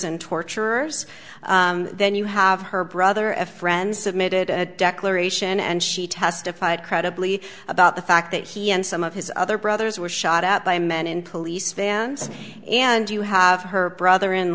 and torturers then you have her brother a friend submitted a declaration and she testified credibly about the fact that he and some of his other brothers were shot at by men in police vans and you have her brother in